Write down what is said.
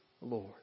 Lord